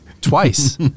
twice